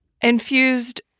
infused